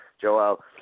Joel